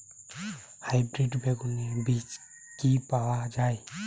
Hybrid বেগুনের বীজ কি পাওয়া য়ায়?